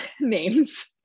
names